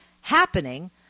happening –